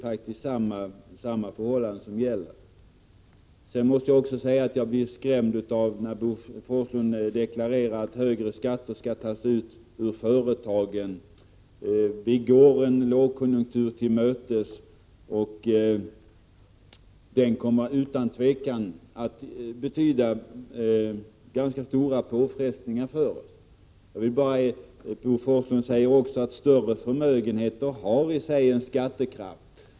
Jag måste också säga att jag blev skrämd när Bo Forslund deklarerade att högre skatter skall tas ut ur företagen. Vi går en lågkonjunktur till mötes. Den kommer utan tvivel att betyda ganska stora påfrestningar. Bo Forslund säger att större förmögenheter i sig har en skattekraft.